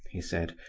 he said,